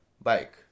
bike